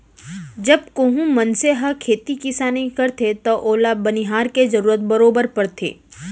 जब कोहूं मनसे ह खेती किसानी करथे तव ओला बनिहार के जरूरत बरोबर परथे